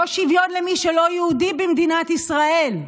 לא שוויון למי שלא יהודי במדינת ישראל.